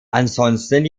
ansonsten